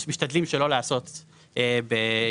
אנחנו משתדלים שלא להתחיל לתת אחורה ביולי.